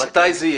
מתי זה יהיה?